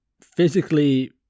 physically